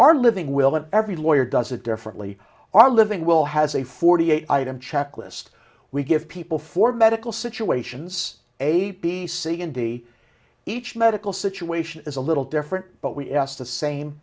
that every lawyer does it differently our living will has a forty eight item checklist we give people for medical situations a b c and d each medical situation is a little different but we asked the same